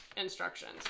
instructions